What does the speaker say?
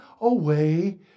away